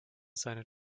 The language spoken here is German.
seine